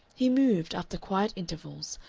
he moved, after quiet intervals,